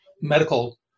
Medical